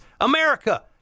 America